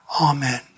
Amen